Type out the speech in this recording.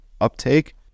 uptake